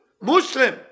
Muslim